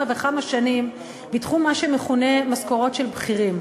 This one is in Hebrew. וכמה שנים בתחום מה שמכונה משכורות של בכירים.